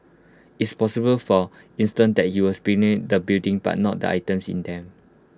it's possible for instance that he was the building but not the items in them